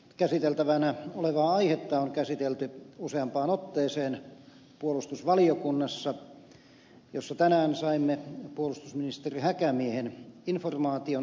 käsiteltävänä olevaa aihetta on käsitelty useampaan otteeseen puolustusvaliokunnassa jossa tänään saimme puolustusministeri häkämiehen informaation asiasta